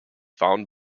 found